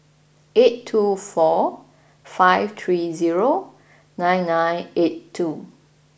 eight two four five three zero nine nine eight two